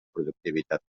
productivitat